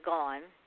Gone